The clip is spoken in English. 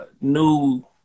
new